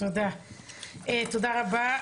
תודה רבה.